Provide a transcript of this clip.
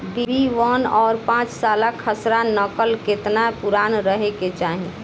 B one और पांचसाला खसरा नकल केतना पुरान रहे के चाहीं?